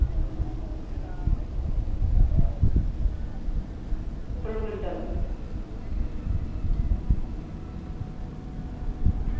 Purmandal